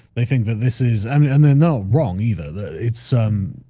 they think that this is i mean and they're no wrong either the it's um,